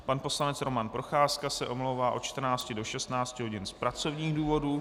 Pan poslanec Roman Procházka se omlouvá od 14 do 16 hodin z pracovních důvodů.